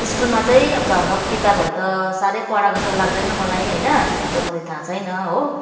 स्कुलमा चाहिँ अब धर्मको किताबहरू त साह्रै पढाएको जस्तो लाग्दैन मलाई होइन त्यस्तो त मलाई थाहा छैन हो